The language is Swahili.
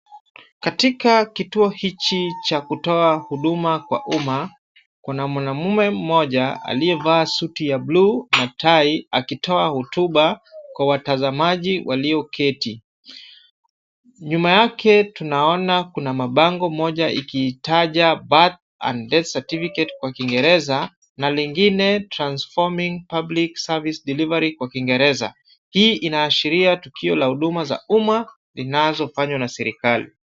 Katika kituo hichi cha kutoa huduma kwa umma, kuna mwanaume mmoja aliyevaa suti ya bluu na tai, akitoa hotuba kwa watazamaji walioketi. Nyuma yake tunaona kuna mabango, moja ikitaja birth and death certificate kwa kiingereza na lingine transforming public service delivery kwa kiingereza. Hii inaashiria tukio la huduma za umma inazofanywa na serikali.